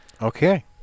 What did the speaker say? okay